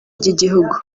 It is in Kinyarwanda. ry’igihugu